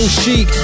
chic